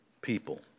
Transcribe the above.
people